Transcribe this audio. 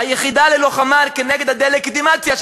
היחידה ללוחמה נגד הדה-לגיטימציה,